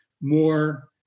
more